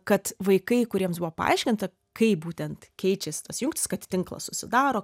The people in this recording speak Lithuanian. kad vaikai kuriems buvo paaiškinta kaip būtent keičiasi tos jungtys kad tinklas susidaro